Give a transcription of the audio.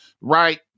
Right